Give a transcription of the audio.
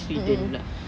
mmhmm mmhmm